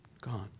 Gone